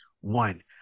one